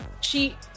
she-